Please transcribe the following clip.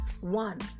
one